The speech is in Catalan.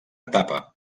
etapa